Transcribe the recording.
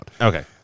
Okay